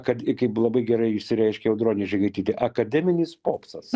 kad kaip labai gerai išsireiškė audronė žigaitytė akademinis popsas